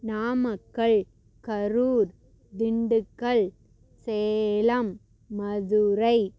Namakkal Karur Dindigul Salem Madurai